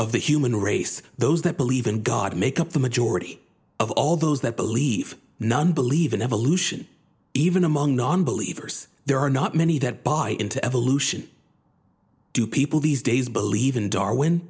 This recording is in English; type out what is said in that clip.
of the human race those that believe in god make up the majority of all those that believe none believe in evolution even among nonbelievers there are not many that buy into evolution do people these days believe in darwin